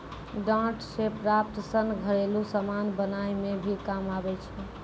डांट से प्राप्त सन घरेलु समान बनाय मे भी काम आबै छै